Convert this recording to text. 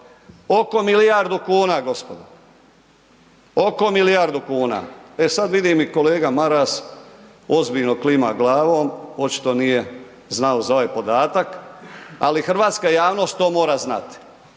Oko milijardu kuna, gospodo. Oko milijardu kuna. E sad vidim i kolega Maras ozbiljno klima glavom, očito nije znao za ovaj podatak ali hrvatska javnost to mora znati.